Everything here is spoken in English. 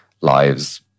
lives